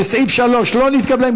לסעיף 3, לא נתקבלה.